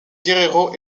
guerrero